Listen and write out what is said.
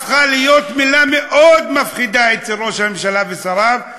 הפכה להיות מילה מאוד מפחידה אצל ראש הממשלה ושריו,